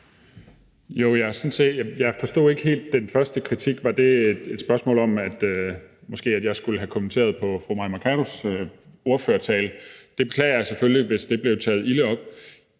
Jeg forstod ikke helt den første kritik. Var det et spørgsmål om, at jeg måske skulle have kommenteret på fru Mai Mercados ordførertale? Jeg beklager selvfølgelig, hvis det blev taget ilde op.